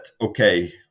okay